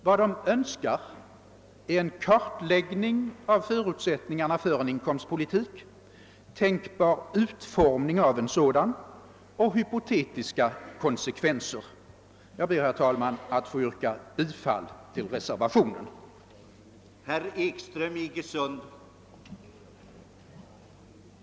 Vad de önskar är en kartläggning av förutsättningarna för en inkomstpolitik, tänkbar utformning av en sådan och hypotetiska konsekvenser. Jag ber, herr talman, att få yrka bifall till reservationen 1.